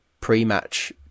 pre-match